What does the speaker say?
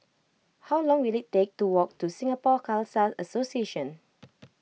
how long will it take to walk to Singapore Khalsa Association